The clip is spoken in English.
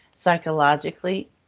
psychologically